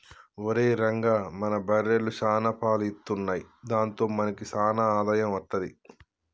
ఒరేయ్ రంగా మన బర్రెలు సాన పాలు ఇత్తున్నయ్ దాంతో మనకి సాన ఆదాయం అత్తది